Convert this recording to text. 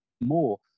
more